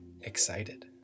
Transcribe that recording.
excited